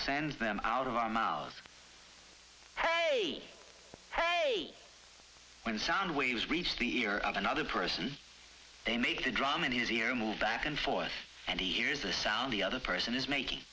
sends them out of our mouths when sound waves reach the ear of another person they make the drum and his ear move back and forth and he hears a sound the other person is making